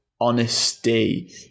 honesty